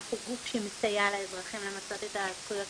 אנחנו גוף שמסייע לאזרחים למצות את הזכויות